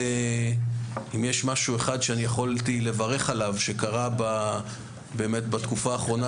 אם יש משהו אחד שיכולתי לברך עליו שקרה בתקופה האחרונה,